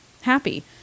happy